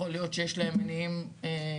יכול להיות שיש להם מניעים כלכליים,